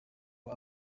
rwa